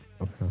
Okay